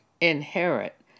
inherit